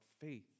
faith